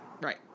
right